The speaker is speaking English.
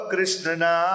Krishna